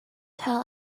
tell